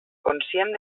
conscient